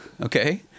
Okay